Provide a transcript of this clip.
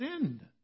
sinned